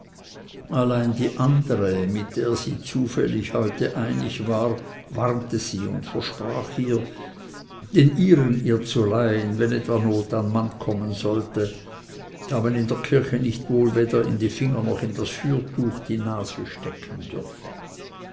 allein die andere mit der sie zufällig heute einig war warnte sie und versprach ihr den ihren ihr zu leihen wenn etwa not an mann kommen sollte da man in der kirche nicht wohl weder in die finger noch in das fürtuch die nase stecken dürfe